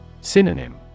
Synonym